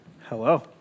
Hello